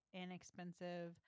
inexpensive